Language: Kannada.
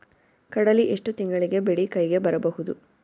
ಕಡಲಿ ಎಷ್ಟು ತಿಂಗಳಿಗೆ ಬೆಳೆ ಕೈಗೆ ಬರಬಹುದು?